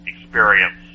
experience